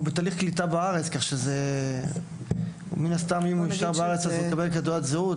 והוא אמור לקבל תעודת זהות.